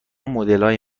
مدلای